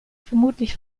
vermutlich